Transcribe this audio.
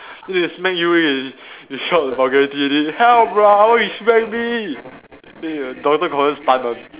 then they smack you already you shout vulgarity already help lah why you smack me tell you ah Donathan confirm stun one